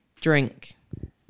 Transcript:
Drink